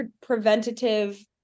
preventative